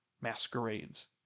masquerades